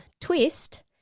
twist